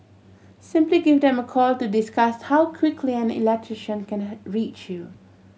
simply give them a call to discuss how quickly an electrician can reach you